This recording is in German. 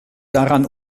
daran